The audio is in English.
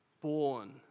born